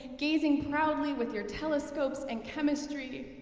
gazing proudly with your telescopes and chemistry.